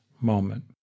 moment